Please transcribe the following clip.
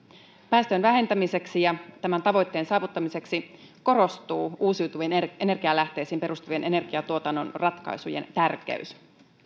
päästöjen vähentämiseksi ja tämän tavoitteen saavuttamiseksi korostuu uusiutuviin energialähteisiin perustuvien energiatuotannon ratkaisujen tärkeys